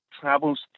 travels